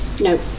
no